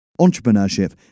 entrepreneurship